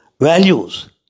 values